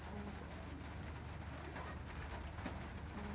crepe jasmine হচ্ছে জংলী টগর যেই উদ্ভিদ আমেরিকায় পাওয়া যায়